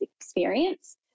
experience